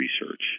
research